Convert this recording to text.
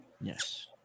Yes